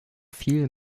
viel